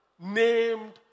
named